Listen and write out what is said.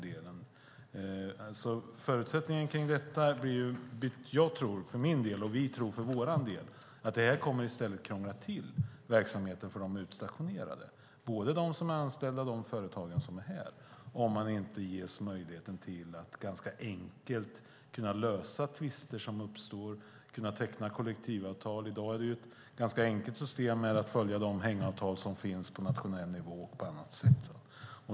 Vi tror att det i stället kommer att krångla till verksamheten för de utstationerade, både de som är anställda och de företag som är här, om de inte ges möjligheten att ganska enkelt lösa tvister som uppstår och teckna kollektivavtal. I dag är det ett ganska enkelt system att följa de hängavtal som finns på nationell nivå och på annat sätt.